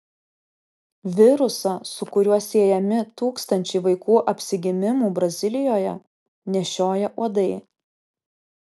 virusą su kuriuo siejami tūkstančiai vaikų apsigimimų brazilijoje nešioja uodai